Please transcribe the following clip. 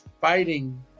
fighting